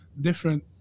different